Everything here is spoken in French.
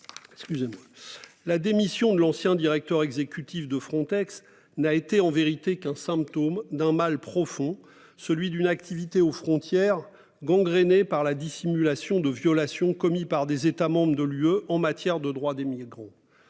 La démission de l'ancien directeur exécutif de Frontex n'a été en vérité qu'un symptôme d'un mal profond celui d'une activité aux frontières gangrénée par la dissimulation de violations commis par des États membres de l'UE en matière de droits des migrants.